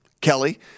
Kelly